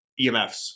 EMFs